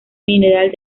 mineral